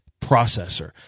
processor